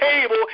table